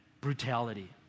brutality